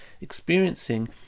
experiencing